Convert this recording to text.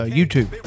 YouTube